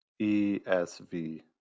esv